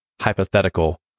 hypothetical